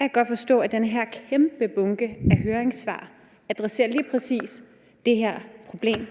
Jeg kan godt forstå, at den her kæmpe bunke af høringssvar adresserer lige præcis det her problem,